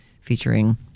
featuring